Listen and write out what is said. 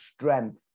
Strength